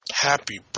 Happy